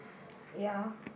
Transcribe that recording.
ya